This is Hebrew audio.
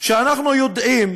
שאנחנו יודעים